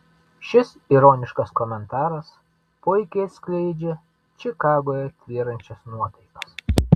šis ironiškas komentaras puikiai atskleidžia čikagoje tvyrančias nuotaikas